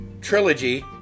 trilogy